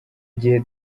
gihe